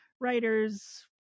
writers